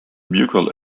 mughal